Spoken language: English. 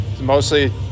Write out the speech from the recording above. mostly